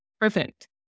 Perfect